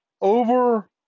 over